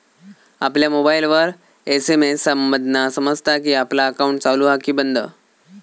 आपल्या मोबाईलवर एस.एम.एस मधना समजता कि आपला अकाउंट चालू हा कि बंद